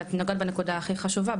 ואת נגעת בנקודה הכי חשובה,